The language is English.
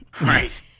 Right